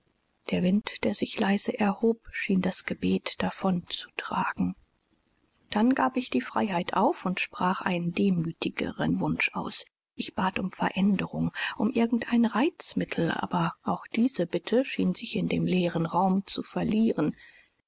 der wind der sich leise erhob schien das gebet davon zu tragen dann gab ich die freiheit auf und sprach einen demütigeren wunsch aus ich bat um veränderung um irgend ein reizmittel aber auch diese bitte schien sich in dem leeren raum zu verlieren